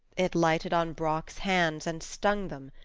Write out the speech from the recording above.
it lighted on brock's hands and stung them.